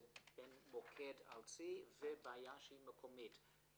זה בין מוקד ארצי ובעיה שהיא מקומית.